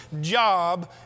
job